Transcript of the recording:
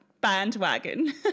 Bandwagon